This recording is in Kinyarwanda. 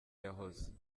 yahoze